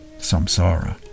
samsara